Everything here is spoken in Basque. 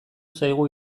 zaigu